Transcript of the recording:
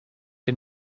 een